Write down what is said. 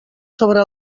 sobre